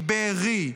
מבארי,